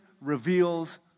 reveals